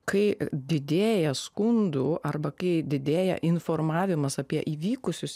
kai didėja skundų arba kai didėja informavimas apie įvykusius